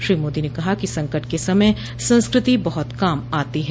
श्री मोदी ने कहा कि संकट के समय संस्कृति बहुत काम आती है